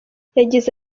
yagize